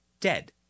dead